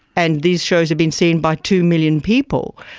and these shows have been seen by two million people.